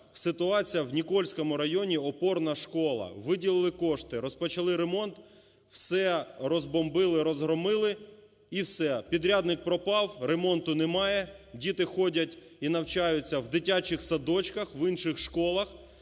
ситуація в Нікольському районі. Опорна школа, виділили кошти, розпочали ремонт, все розбомбили, розгромили і все. Підрядник пропав, ремонту немає, діти ходять і навчаються в дитячих садочках, в інших школах.